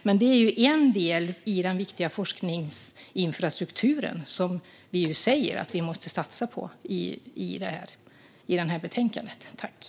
Men det är en del av den viktiga forskningsinfrastrukturen som vi ju säger i betänkandet att vi måste satsa på.